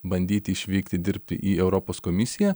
bandyti išvykti dirbti į europos komisiją